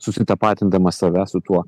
susitapatindamas save su tuo